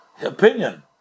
opinion